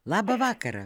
labą vakarą